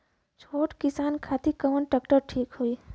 छोट किसान खातिर कवन ट्रेक्टर ठीक होई?